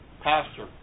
pastor